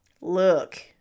Look